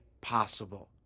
possible